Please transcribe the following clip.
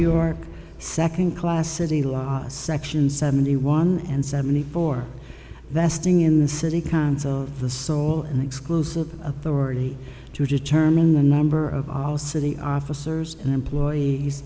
york second class city law section seventy one and seventy four the sting in the city council of the sole and exclusive authority to determine the number of all city officers and employees